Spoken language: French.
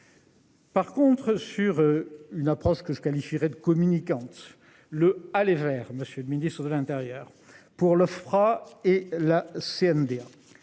Par contre sur une approche que je qualifierai de communicante le aller vers Monsieur le Ministre de l'Intérieur pour le fera et la CNDA.